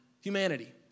humanity